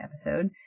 episode